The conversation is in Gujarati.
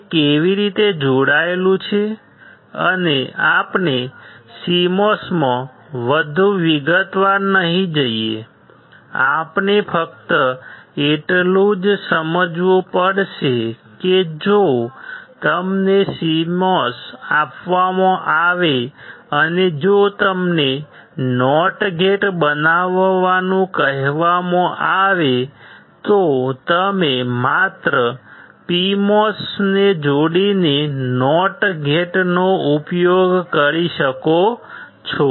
તે કેવી રીતે જોડાયેલું છે અને આપણે CMOS માં વધુ વિગતવાર નહીં જઈએ આપણે ફક્ત એટલું જ સમજવું પડશે કે જો તમને CMOS આપવામાં આવે અને જો તમને NOT ગેટ બનાવવાનું કહેવામાં આવે તો તમે માત્ર PMOS ને જોડીને NOT ગેટ નો ઉપયોગ કરી શકો છો